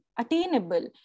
attainable